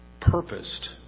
purposed